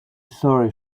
sorry